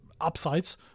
upsides